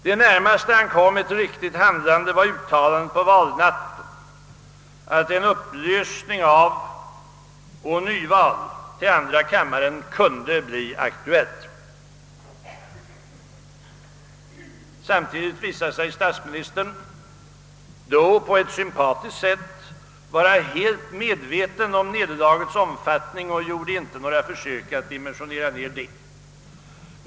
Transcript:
Det närmaste han kom ett riktigt handlande var uttalandet på valnatten att frågan om en upplösning av och nyval till andra kammaren kunde bli aktuell. Samtidigt visade sig statsministern — på ett sympatiskt sätt — vara helt medveten om nederlagets omfattning, och han gjorde inte några försök att neddimensionera detta.